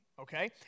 okay